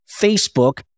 Facebook